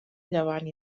llevant